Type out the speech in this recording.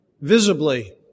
visibly